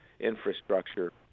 infrastructure